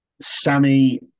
Sammy